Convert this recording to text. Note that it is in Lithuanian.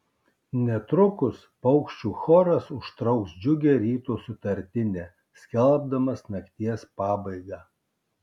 netrukus paukščių choras užtrauks džiugią ryto sutartinę skelbdamas nakties pabaigą